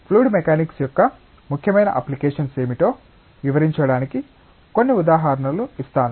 fluid mechanics యొక్క ముఖ్యమైన applications ఏమిటో వివరించడానికి కొన్ని ఉదాహరణలు ఇస్తాను